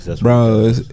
Bro